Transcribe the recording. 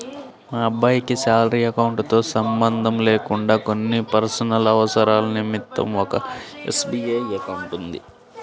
మా అబ్బాయికి salary account తో సంబంధం లేకుండా కొన్ని పర్సనల్ అవసరాల నిమిత్తం ఒక ఎస్.బీ.ఐ అకౌంట్ ఉంది